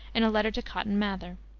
in a letter to cotton mather.